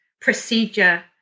procedure